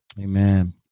Amen